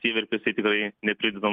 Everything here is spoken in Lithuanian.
tie virpesiai tikrai neprideda